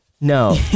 No